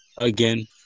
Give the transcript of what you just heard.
again